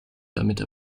damit